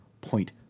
point